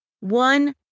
One